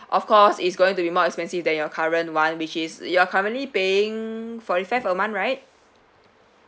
of course it's going to be more expensive than your current [one] which is you're currently paying forty five a month right